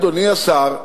אדוני השר,